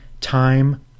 time